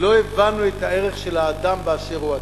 לא הבנו את הערך של האדם באשר הוא אדם.